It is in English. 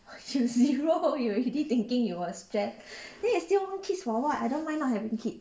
you zero you already thinking you will stress then you still want kids for what I don't mind not having kids